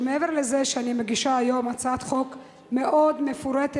שמעבר לזה שאני מגישה היום הצעת חוק מאוד מפורטת,